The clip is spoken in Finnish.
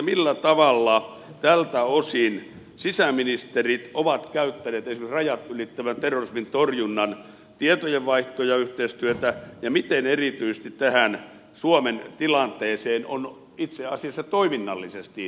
millä tavalla tältä osin sisäministerit ovat käyttäneet esimerkiksi rajat ylittävän terrorismin torjunnan tietojen vaihtoa ja yhteistyötä ja miten erityisesti tähän suomen tilanteeseen on itse asiassa toiminnallisesti nyt reagoitu